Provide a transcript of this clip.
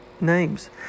names